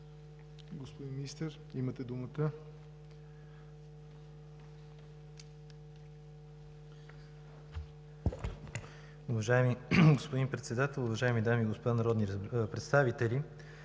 Господин Министър, имате думата.